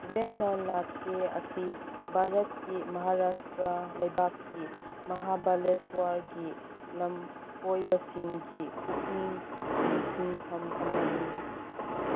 ꯚꯦꯟꯅꯥ ꯂꯥꯀꯦ ꯑꯁꯤ ꯚꯥꯔꯠꯀꯤ ꯃꯍꯥꯔꯥꯁꯇ꯭ꯔꯥ ꯂꯩꯕꯥꯛꯀꯤ ꯃꯍꯥꯕꯂꯦꯁ꯭ꯋꯥꯔꯒꯤ ꯂꯝꯀꯣꯏꯕꯁꯤꯡꯒꯤ ꯄꯨꯛꯅꯤꯛ ꯆꯤꯡꯁꯤꯟꯐꯝ ꯑꯃꯅꯤ